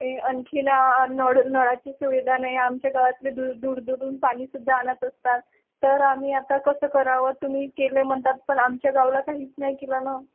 ते आणखी नळ नळाची सुविधा नाही आमच्या गावातले दूरदूरदूरहून पाणीसुद्धा आणत असतात तर आम्ही आता कसं करावं तुम्ही केले म्हणतात पण आमच्या गावला काहीच नाही केला ना